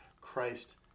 Christ